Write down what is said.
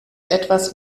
etwas